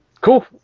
cool